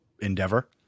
endeavor